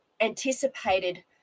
anticipated